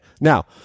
Now